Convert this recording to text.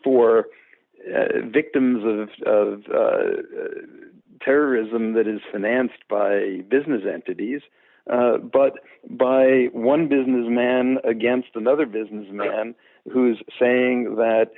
for victims of of terrorism that is financed by business entities but by one businessman against another businessman who's saying that